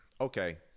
okay